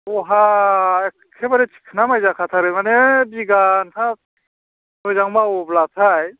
दहा एकेबारे थिखोना माय जाखाथारो माने बिघायाव मोजाङै मावोब्लाथाय